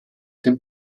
dem